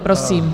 Prosím.